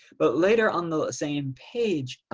but later on the same page.